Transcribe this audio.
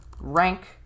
Rank